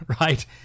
right